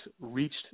reached